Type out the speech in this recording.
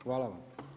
Hvala vam.